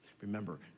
Remember